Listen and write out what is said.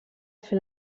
fer